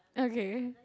okay